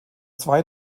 zwei